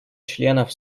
членов